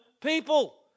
people